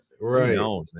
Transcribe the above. Right